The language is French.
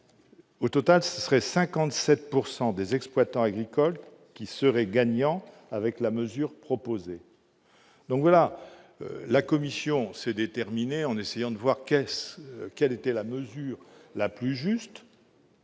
ou les infirmer -, 57 % des exploitants agricoles seraient gagnants avec la mesure proposée. La commission s'est déterminée en essayant de savoir quelle était la mesure la plus juste